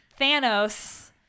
Thanos